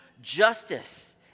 justice